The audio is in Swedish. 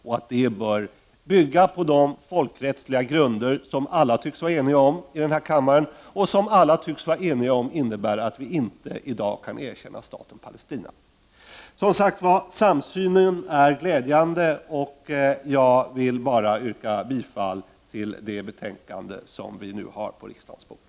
Detta begrepp bör bygga på de folkrättsliga grunder som alla i denna kammare tycks vara eniga om, och vars innebörd alla tycks vara eniga om, nämligen att vi inte i dag kan erkänna staten Palestina. Samsynen är som sagt glädjande, och jag vill nu bara yrka bifall till hemställan i det betänkande som nu ligger på riksdagens bord.